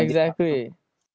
exactly